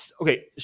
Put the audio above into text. okay